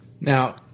now